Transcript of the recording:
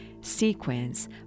sequence